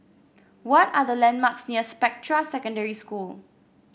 what are the landmarks near Spectra Secondary School